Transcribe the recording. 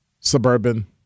suburban